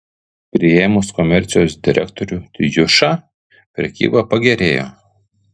priėmus komercijos direktorių tijušą prekyba pagerėjo